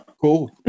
Cool